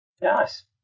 Nice